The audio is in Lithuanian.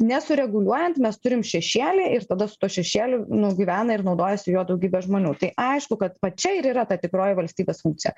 nesureguliuojant mes turim šešėlį ir tada su tuo šešėliu nu gyvena ir naudojasi juo daugybė žmonių tai aišku kad va čia ir yra ta tikroji valstybės funkcija